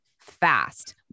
fast